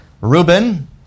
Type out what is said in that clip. Reuben